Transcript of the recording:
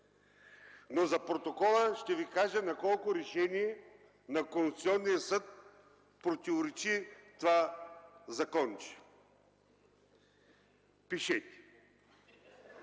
Но за протокола ще ви кажа на колко решения на Конституционния съд противоречи това законче! Пишете!